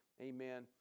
Amen